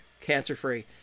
cancer-free